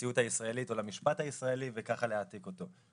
למציאות הישראלית או למשפט הישראלי וככה להעתיק אותו.